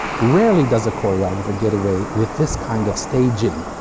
rarely does a choreographer get away with this kind of staging.